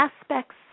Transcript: aspects